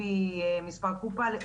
לפי מספר קופה,